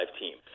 team